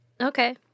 Okay